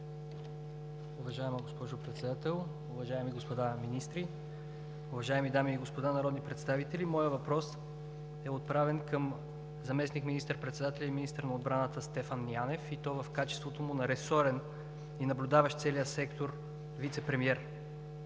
Уважаема госпожо Председател, уважаеми господа министри, уважаеми дами и господа народни представители! Моят въпрос е отправен към заместник министър-председателя и министър на отбраната Стефан Янев, и то в качеството му на ресорен и наблюдаващ целия сектор вицепремиер.